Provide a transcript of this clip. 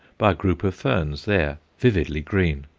by a group of ferns there, vividly green.